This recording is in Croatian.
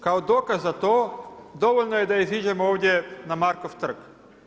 Kao dokaz za to dovoljno je da iziđemo ovdje na Markov trg.